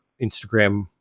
instagram